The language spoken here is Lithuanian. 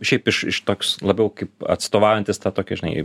šiaip iš iš toks labiau kaip atstovaujantis tą tokį žinai